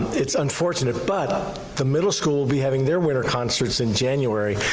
it's unfortunate but the middle school will be having their winter concerts in january.